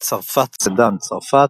צרפת סדאן, צרפת